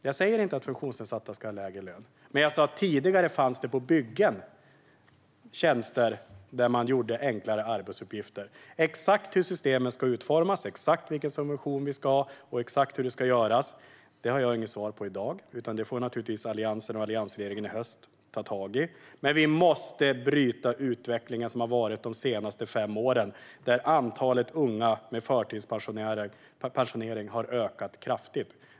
Jag säger inte att funktionsnedsatta ska ha lägre lön. Men jag sa att det tidigare på byggen fanns tjänster där man hade enklare arbetsuppgifter. Exakt hur systemen ska utformas, vilken subvention vi ska ha och hur det hela ska göras har jag inget svar på i dag. Det får naturligtvis Alliansen och alliansregeringen i höst ta tag i. Men vi måste bryta de senaste fem årens utveckling där antalet unga med förtidspensionering har ökat kraftigt.